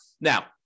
Now